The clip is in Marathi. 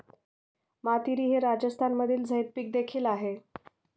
मातीरी हे राजस्थानमधील झैद पीक देखील आहे